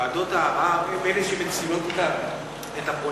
ועדות הערר הן שמצילות את הפונים,